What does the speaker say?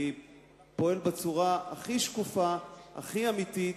אני פועל בצורה הכי שקופה והכי אמיתית,